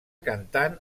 cantant